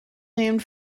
named